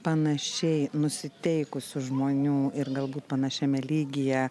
panašiai nusiteikusių žmonių ir galbūt panašiame lygyje